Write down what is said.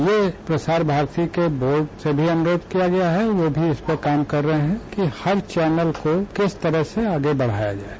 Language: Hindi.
यह प्रसार भारती बोर्ड से अनुरोध किया गया है कि वह भी इस पर काम कर रहे हैं कि हर चैनल को किस तरह से आगे बढ़ाया जाये